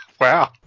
Wow